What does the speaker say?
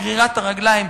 גרירת הרגליים,